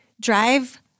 drive